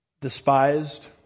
despised